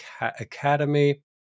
Academy